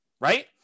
right